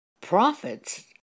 Prophets